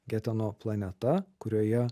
geteno planeta kurioje